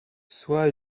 soit